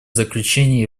заключение